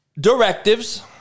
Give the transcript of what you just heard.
Directives